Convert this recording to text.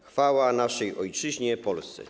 Chwała naszej ojczyźnie - Polsce.